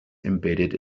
embedded